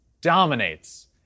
dominates